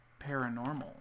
paranormal